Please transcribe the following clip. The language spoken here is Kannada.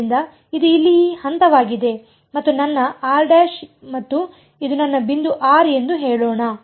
ಆದ್ದರಿಂದ ಇದು ಇಲ್ಲಿ ಈ ಹಂತವಾಗಿದೆ ಇದು ನನ್ನ ಮತ್ತು ಇದು ನನ್ನ ಬಿಂದು r ಎಂದು ಹೇಳೋಣ